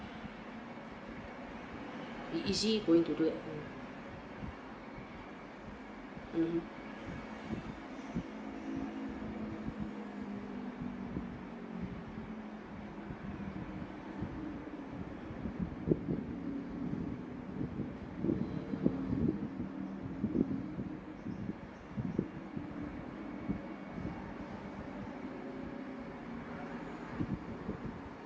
i~ is he going to do that mmhmm